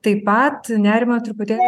o taip pat nerimą truputėlį